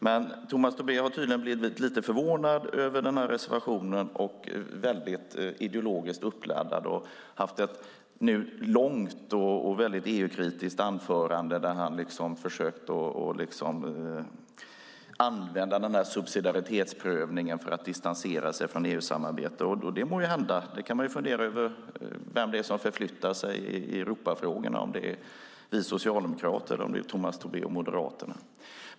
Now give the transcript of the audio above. Men Tomas Tobé har tydligen blivit lite förvånad över den här reservationen och väldigt ideologiskt uppladdad och hållit en långt och mycket EU-kritiskt anförande där han försökt att använda den här subsidiaritetsprövningen för att distansera sig från EU-samarbetet. Man kan fundera över vem det är som förflyttar sig i Europafrågorna, om det är vi socialdemokrater eller om det är Tomas Tobé och Moderaterna.